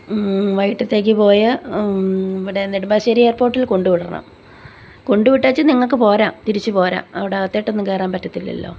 വൈകിട്ടത്തേക്ക് പോയാൽ ഇവിടെ നെടുമ്പാശ്ശേരി എയർപോർട്ടിൽ കൊണ്ട് വിടണം കൊണ്ട് വിട്ടേച്ച് നിങ്ങൾക്ക് പോരാം തിരിച്ച് പോരാം അവിടെ അകത്തോട്ടൊന്നും കയറാൻ പറ്റത്തില്ലല്ലോ